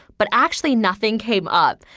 but actually, nothing came up.